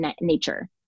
nature